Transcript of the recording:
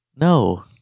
No